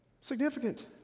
Significant